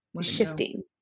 shifting